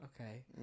okay